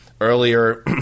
earlier